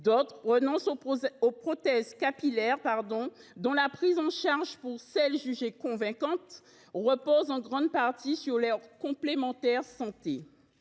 d’autres renoncent aux prothèses capillaires, dont la prise en charge – pour celles qui sont jugées convaincantes – repose en grande partie sur les complémentaires santé.